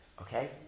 Okay